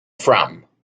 from